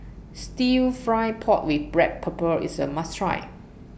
Stir Fried Pork with Black Pepper IS A must Try